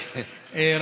היושב-ראש,